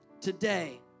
today